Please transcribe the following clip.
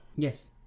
Yes